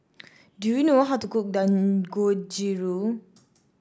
do you know how to cook Dangojiru